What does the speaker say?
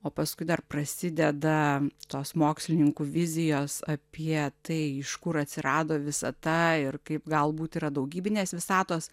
o paskui dar prasideda tos mokslininkų vizijos apie tai iš kur atsirado visata ir kaip galbūt yra daugybinės visatos